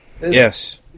Yes